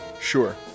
Sure